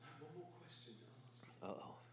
Uh-oh